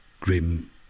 Grim